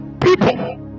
people